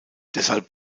deshalb